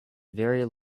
very